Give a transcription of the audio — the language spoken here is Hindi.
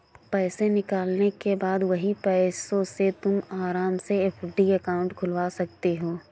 पैसे निकालने के बाद वही पैसों से तुम आराम से एफ.डी अकाउंट खुलवा सकते हो